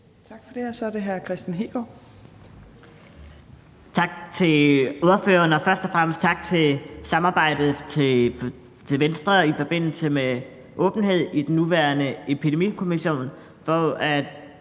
Hegaard. Kl. 11:28 Kristian Hegaard (RV): Tak til ordføreren, og først og fremmest tak for samarbejdet til Venstre i forbindelse med åbenhed i den nuværende epidemikommission, hvor vi